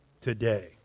today